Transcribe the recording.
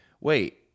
wait